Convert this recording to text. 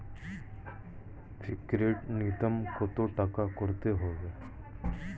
Fixed নুন্যতম কত টাকা করতে হবে?